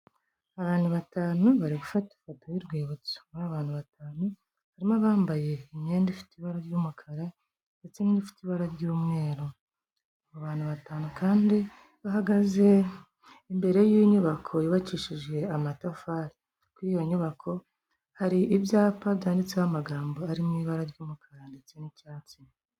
Abantu batanu bari gufata ifoto y'urwibutso, ba bantu batanu harimo bambaye imyenda ifite ibara ry'umukara ndetse n'ifite ibara ry'umweru, abantu batanu kandi bahagaze imbere y'inyubako yubakishije amatafari, kuri iyo nyubako hari ibyapa byanditseho amagambo ari mu ibara ry'umukara ndetse n'icyatsi